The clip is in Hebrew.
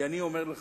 אני אומר לך,